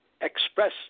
express